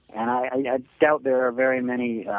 and i doubt there are very many